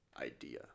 idea